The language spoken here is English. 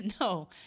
No